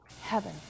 heaven